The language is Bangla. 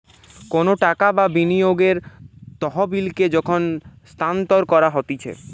কোনো টাকা বা বিনিয়োগের তহবিলকে যখন স্থানান্তর করা হতিছে